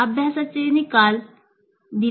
अभ्यासाचे निकाल ta